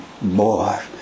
more